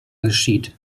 geschieht